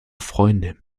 freunde